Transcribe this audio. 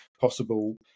possible